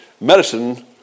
medicine